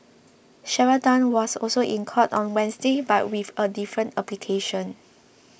Sharon Tan was also in court on Wednesday but with a different application